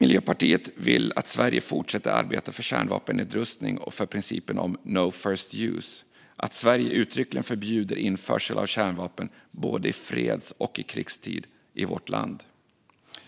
Miljöpartiet vill att Sverige fortsätter arbeta för kärnvapennedrustning och för principen om no first use samt att Sverige uttryckligen förbjuder införsel av kärnvapen, både i freds och i krigstid, i vårt land.